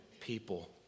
people